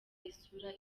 isura